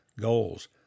goals